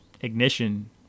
Ignition